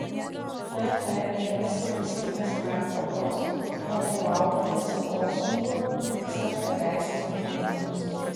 tt ėmėsi valstybės pertvarkos vadovaudamasi lozungu tikslas pateisina priemones